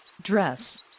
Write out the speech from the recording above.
dress